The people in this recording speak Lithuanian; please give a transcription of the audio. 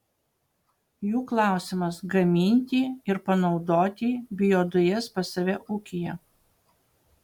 jų klausimas gaminti ir panaudoti biodujas pas save ūkyje